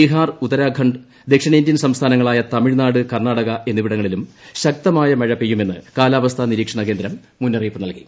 ബീഹാർ ഉത്തരാഖണ്ഡ് ദക്ഷിണേന്ത്യൻ സംസ്ഥാനങ്ങളായ തമിഴ്നാട് കർണ്ണാടക എന്നിവിടങ്ങളിലും ശക്തമായ മൂഴ പെയ്യുമെന്ന് കാലാവസ്ഥാ നിരീക്ഷണകേന്ദ്രം മുന്നറിയിപ്പ് നൽകി